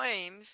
claims